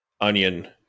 onion